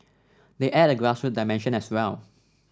they add a grassroots dimension as well